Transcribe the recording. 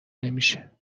نمیشه